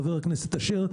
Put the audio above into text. ח"כ אשר,